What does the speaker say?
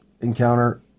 encounter